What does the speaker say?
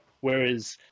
Whereas